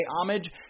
homage